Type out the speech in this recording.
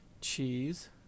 cheese